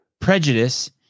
Prejudice